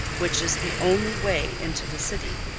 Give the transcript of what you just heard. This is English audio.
which is the only way into the city.